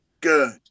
Good